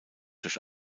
durch